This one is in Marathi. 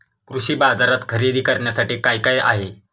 कृषी बाजारात खरेदी करण्यासाठी काय काय आहे?